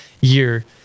year